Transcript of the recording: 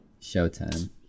Showtime